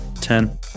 Ten